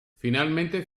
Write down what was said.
finalmente